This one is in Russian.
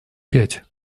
пять